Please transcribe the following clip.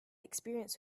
experience